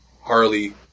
Harley